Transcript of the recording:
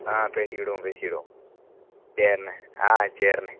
ஆ பேசிக்கிடுவோம் பேசிக்கிடுவோம் சரிண்ண ஆ சரிண்ண